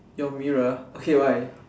your mirror okay why